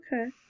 okay